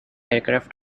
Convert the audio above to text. aircraft